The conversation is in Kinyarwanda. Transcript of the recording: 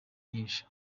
nyinshi